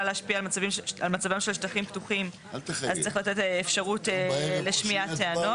להשפיע על מצבם של שטחים פתוחים אז צריך לתת אפשרות לשמיעת טענות,